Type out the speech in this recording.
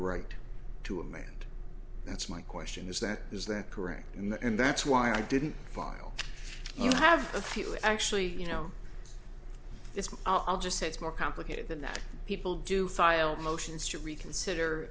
right to a man and that's my question is that is that correct in the end that's why i didn't file you have a feeling actually you know it's i'll just say it's more complicated than that people do file motions to reconsider